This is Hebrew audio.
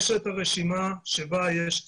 יש את הרשימה שבה יש,